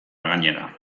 gainera